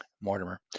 Mortimer